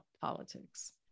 politics